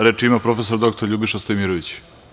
Reč ima prof. dr Ljubiša Stojimirović.